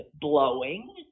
blowing